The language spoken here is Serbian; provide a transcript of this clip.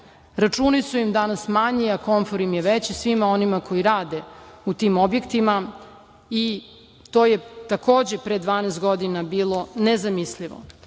računi su im danas manji, a konfor im je veći svima onima koji rade u tim objektima i to je takođe pre 12 godina bilo nezamislivo,